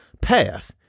path